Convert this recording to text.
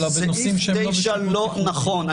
אלא בנושאים שהם לא --- סעיף 9 לא נכון.